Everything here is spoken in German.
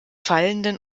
fallenden